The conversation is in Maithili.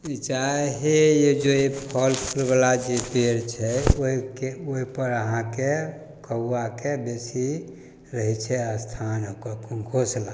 चा हे ई जे फल फूलवला जे पेड़ छै ओहिके ओहिपर अहाँके कौआके बेसी रहै छै अस्थान ओकर घोसला